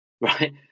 Right